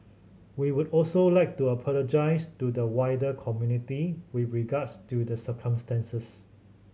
we would also like to apologise to the wider community with regards to the circumstances